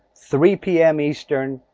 three p m. eastern.